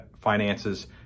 finances